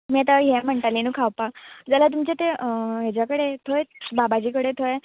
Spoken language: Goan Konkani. तुमी आतां हें म्हणटाली न्हू खावपाक जाल्या तुमचें तें हेज्या कडेन थंयच बाबाजी कडेन थंय